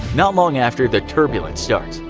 not long after, the turbulence starts.